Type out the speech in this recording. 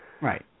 Right